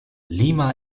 lima